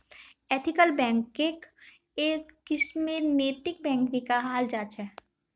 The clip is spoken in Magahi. एथिकल बैंकक् एक किस्मेर नैतिक बैंक भी कहाल जा छे